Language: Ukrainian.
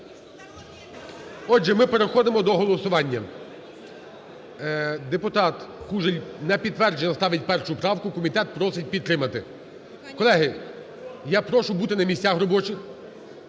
Отже, ми переходимо до голосування. Депутат Кужель на підтвердження ставить 1 правку. Комітет просить підтримати. Колеги, я прошу бути на місцях робочих.